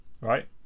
right